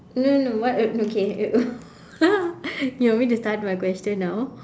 no no no what no okay you want me to start my question now